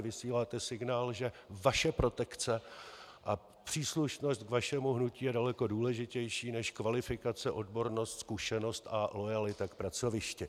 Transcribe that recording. Vysíláte signál, že vaše protekce a příslušnost k vašemu hnutí je daleko důležitější než kvalifikace, odbornost, zkušenost a loajalita k pracovišti.